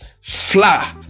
fly